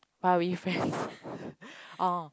why are we friends orh